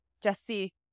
Jesse